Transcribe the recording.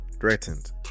threatened